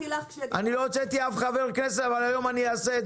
אני לא הוצאתי אף חבר כנסת אבל היום אני אעשה את